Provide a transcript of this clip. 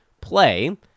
play